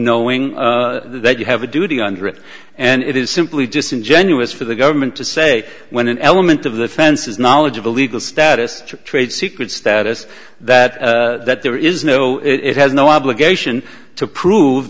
knowing that you have a duty under it and it is simply disingenuous for the government to say when an element of the fence is knowledge of illegal status trade secret status that that there is no it has no obligation to prove